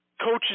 coaches